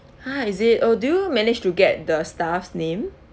!huh! is it uh did you manage to get the staff's name